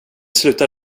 slutar